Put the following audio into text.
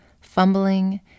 fumbling